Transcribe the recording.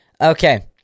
Okay